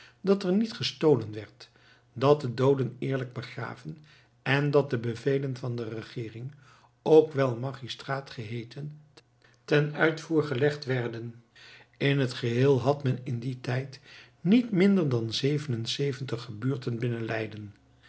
dat er niet gestolen werd dat de dooden eerlijk begraven en dat de bevelen van de regeering ook wel magistraat geheeten ten uitvoer gelegd werden in het geheel had men in dien tijd niet minder dan zevenenzeventig gebuurten